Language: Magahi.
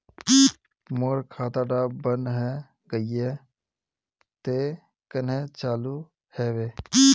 मोर खाता डा बन है गहिये ते कन्हे चालू हैबे?